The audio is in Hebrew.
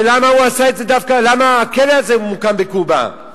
ולמה הכלא הזה ממוקם בקובה?